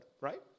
right